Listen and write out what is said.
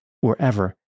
wherever